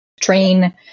train